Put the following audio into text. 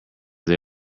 they